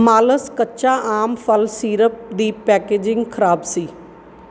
ਮਾਲਸ ਕੱਚਾ ਆਮ ਫਲ ਸੀਰਪ ਦੀ ਪੈਕੇਜਿੰਗ ਖਰਾਬ ਸੀ